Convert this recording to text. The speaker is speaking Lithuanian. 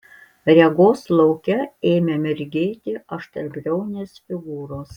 regos lauke ėmė mirgėti aštriabriaunės figūros